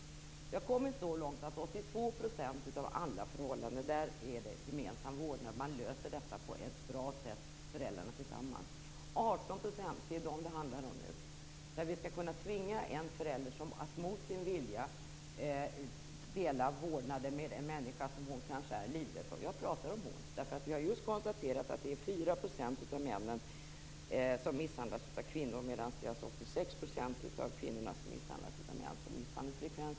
Vi har kommit så långt att det i 82 % av alla förhållanden är gemensam vårdnad. Föräldrarna löser tillsammans detta på ett bra sätt. Det är 18 % det handlar om nu. Där skall vi kunna tvinga en förälder att mot sin vilja dela vårdnaden med en människa som hon kanske är livrädd för. Jag pratar om våld. Vi har just konstaterat att det är 4 % av männen som misshandlas av kvinnor, medan det är 86 % av kvinnorna som misshandlas av män.